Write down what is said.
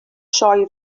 sioe